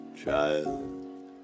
child